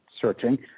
searching